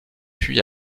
puis